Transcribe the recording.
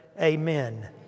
Amen